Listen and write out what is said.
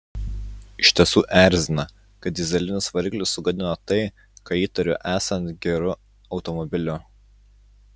iš tiesų erzina kad dyzelinis variklis sugadino tai ką įtariu esant geru automobiliu